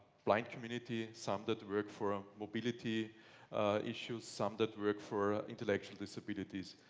blind community, some that work for ah mobility issues, some that work for intellectual disabilities.